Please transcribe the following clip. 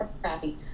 crappy